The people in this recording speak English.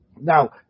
Now